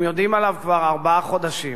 הם יודעים עליו כבר ארבעה חודשים.